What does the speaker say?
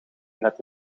met